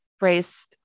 race